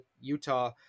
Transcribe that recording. Utah